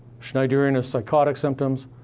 schneiderian psychotic symptoms,